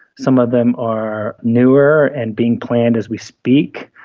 some of them are newer and being planned as we speak.